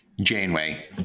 Janeway